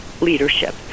leadership